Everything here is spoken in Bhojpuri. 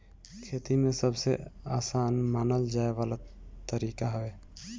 खेती में सबसे आसान मानल जाए वाला तरीका हवे